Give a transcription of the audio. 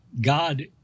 God